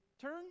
turn